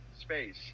space